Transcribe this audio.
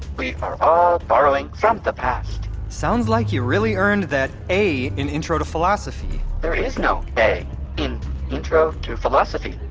we are all borrowing from the past sounds like you really earned that a in intro to philosophy there is no a in intro to philosophy,